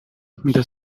the